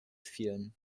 vielen